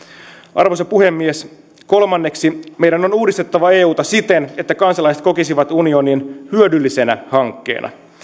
arvoisa puhemies kolmanneksi meidän on uudistettava euta siten että kansalaiset kokisivat unionin hyödyllisenä hankkeena